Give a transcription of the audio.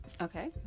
Okay